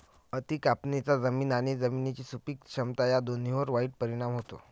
अति कापणीचा जमीन आणि जमिनीची सुपीक क्षमता या दोन्हींवर वाईट परिणाम होतो